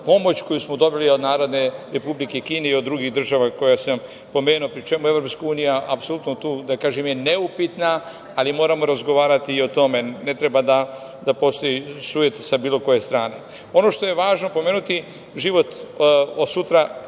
pomoć koju smo dobili od Narodne Republike Kine i od drugih država koje sam pomenuo, pri čemu je EU apsolutno tu da kažem neupitna, ali moramo razgovarati o tome, ne treba da postoji sujeta sa bilo koje strane. Ono što je važno pomenuti, život od sutra